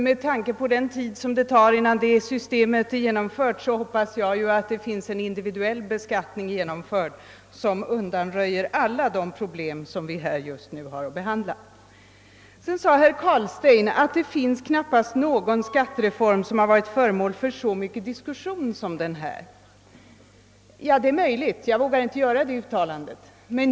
Med tanke på den tid det tar att genomföra det systemet hoppas jag att vi skall ha fått en individuell beskattning, som undanröjer alla de problem vi nu behandlar, innan ADB-systemet är helt genomfört. Herr Carlstein sade att det knappast finns någon skattereform som varit föremål för så mycken diskussion som denna. Det är möjligt; jag vågar emellertid inte göra det uttalandet.